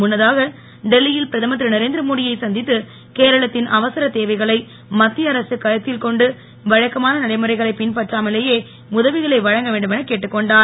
முன்னதாக புதுடெல்லியில் பிரதமர் திரு நரேந்திரமோடியை சந்தித்து கேரளத்தின் அவசர தேவைகளை மத்திய அரசு கருத்தில் கொண்டு வழக்கமான நடைமுறைகளைப் பின்பற்றாமலேயே உதவிகளை வழங்க வேண்டுமெனக் கேட்டுக் கொண்டார்